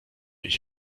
ich